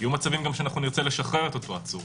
יהיו מצבים שנרצה לשחרר אותו עצור